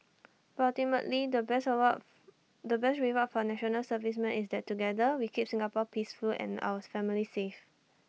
but ultimately the best award the best reward for National Servicemen is that together we keep Singapore peaceful and ours families safe